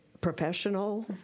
professional